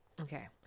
Okay